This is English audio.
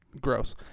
Gross